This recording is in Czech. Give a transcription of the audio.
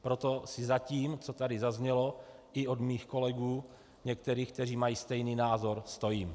Proto si za tím, co tady zaznělo i od mých kolegů některých, kteří mají stejný názor, stojím.